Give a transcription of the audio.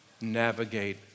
navigate